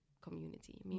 community